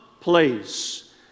place